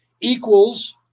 equals